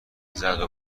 زدو